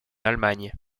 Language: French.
allemagne